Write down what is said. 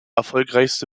erfolgreichste